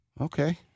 okay